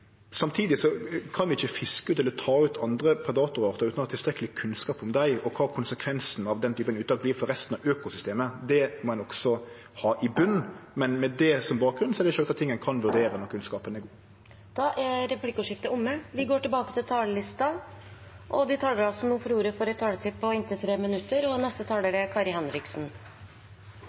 Samtidig kan vi ikkje fiske ut eller ta ut andre predatorartar utan å ha tilstrekkeleg kunnskap om dei og kva konsekvensen av den typen uttak vert for resten av økosystemet. Det må ein også ha i botnen. Men med det som bakgrunn er det sjølvsagt ting ein kan vurdere når kunnskapen er god. Replikkordskiftet er omme. De talerne som heretter får ordet, har også en taletid på inntil 3 minutter. Jeg elsker å fiske. Det er